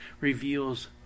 reveals